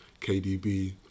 KDB